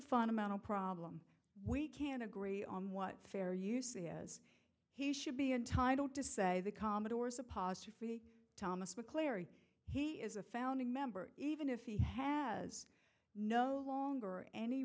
fundamental problem we can't agree on what fair you see as he should be entitled to say the commodores apostrophe thomas mcclary he is a founding member even if he has no longer any